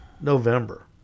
November